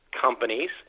companies